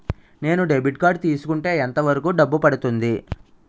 నేను debit card తీసుకుంటే ఎంత వరకు డబ్బు పడుతుంది?